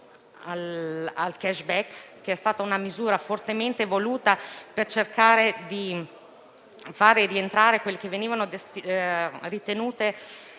grazie a tutte